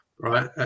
Right